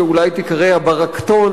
שאולי תיקרא ה"ברקתון",